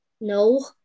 No